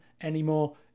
anymore